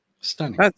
Stunning